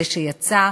זה שיצא,